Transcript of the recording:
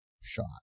shot